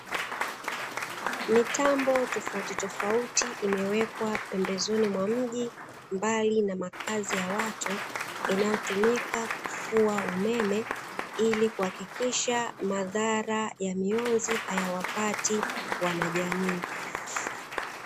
Mitambo tofauti tofauti imewekwa pembezoni mwa mji, mbali na makazi ya watu inayotumika kufua umeme ili kuhakikisha madhara ya mionzi hayawapati wanajamii.